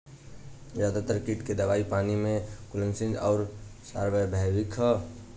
ज्यादातर कीट के दवाई पानी में घुलनशील आउर सार्वभौमिक ह?